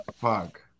Fuck